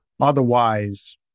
Otherwise